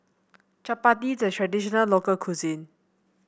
chapati is a traditional local cuisine